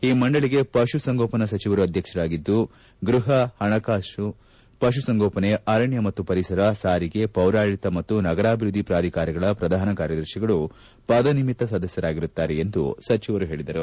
ಈ ಮಂಡಳಿಗೆ ಪಶು ಸಂಗೋಪನ ಸಚಿವರು ಅಧ್ಯಕ್ಷರಾಗಿದ್ದು ಗೃಪ ಪಣಕಾಸು ಪಶು ಸಂಗೋಪನೆ ಅರಣ್ಯ ಮತ್ತು ಪರಿಸರ ಸಾರಿಗೆ ಪೌರಾಡಳಿತ ಮತ್ತು ನಗರಾಭಿವೃದ್ಧಿ ಪ್ರಾಧಿಕಾರಗಳ ಪ್ರಧಾನ ಕಾರ್ಯದರ್ಶಿಗಳು ಪದನಿಮಿತ್ತ ಸದಸ್ಕರಾಗಿರುತ್ತಾರೆ ಎಂದು ಸಚಿವರು ಹೇಳಿದರು